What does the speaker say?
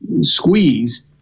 squeeze